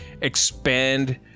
expand